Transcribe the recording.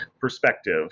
perspective